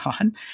on